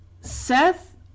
Seth